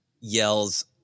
yells